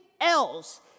else